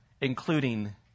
including